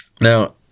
Now